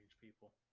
people